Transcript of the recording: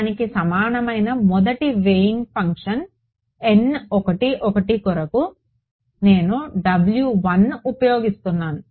దానికి సమానమైన మొదటి వెయిటింగ్ ఫంక్షన్ కొరకు నేను ఉపయోగిస్తాను